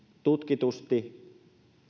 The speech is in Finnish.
tutkitusti